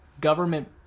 government